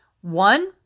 One